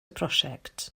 prosiect